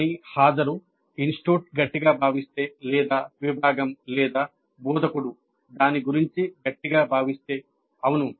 కానీ హాజరు ఇన్స్టిట్యూట్ గట్టిగా భావిస్తే లేదా విభాగం లేదా బోధకుడు దాని గురించి గట్టిగా భావిస్తే అవును